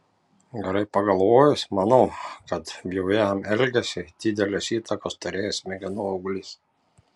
gerai pagalvojus manau kad bjauriam elgesiui didelės įtakos turėjo smegenų auglys